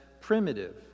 primitive